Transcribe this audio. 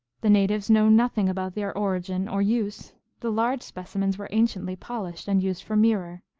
the natives know nothing about their origin or use the large specimens were anciently polished and used for mirror.